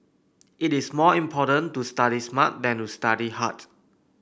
it is more important to study smart than to study hard